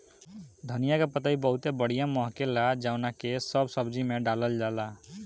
धनिया के पतइ बहुते बढ़िया महके ला जवना के सब सब्जी में डालल जाला